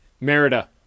Merida